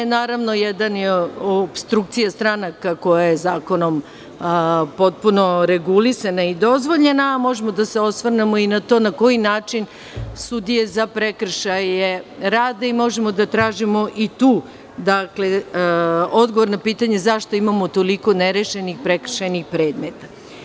Naravno, jedan je opstrukcija stranaka koja je zakonom potpuno regulisana i dozvoljena, a možemo da se osvrnemo i na to, na koji način sudije za prekršaje rade i možemo da tražimo i tu odgovor na pitanje zašto imamo toliko nerešenih prekršajnih predmeta.